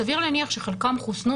סביר להניח שחלקם חוסנו,